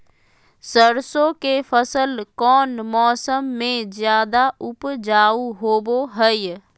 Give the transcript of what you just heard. सरसों के फसल कौन मौसम में ज्यादा उपजाऊ होबो हय?